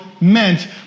meant